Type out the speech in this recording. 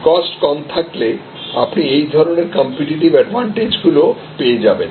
cost কম থাকলে আপনি এই ধরনের কম্পিটিটিভ অ্যাডভান্টেজ গুলো পেয়ে যাবেন